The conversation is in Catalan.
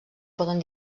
poden